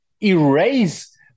erase